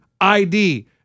ID